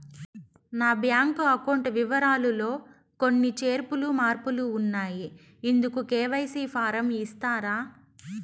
నా bank account వివరాలు లో కొన్ని చేర్పులు మార్పులు ఉన్నాయి, ఇందుకు కె.వై.సి ఫారం ఇస్తారా?